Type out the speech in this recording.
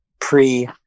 Pre